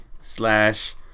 Slash